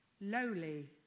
lowly